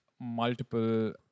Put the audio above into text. multiple